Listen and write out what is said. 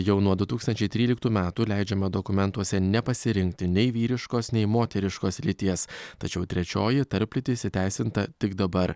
jau nuo du tūkstančiai tryliktų metų leidžiama dokumentuose nepasirinkti nei vyriškos nei moteriškos lyties tačiau trečioji tarplytis įteisinta tik dabar